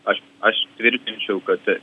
aš aš tvirtinčiau kad